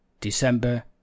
December